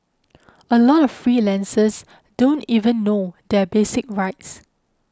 a lot of freelancers don't even know their basic rights